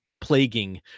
plaguing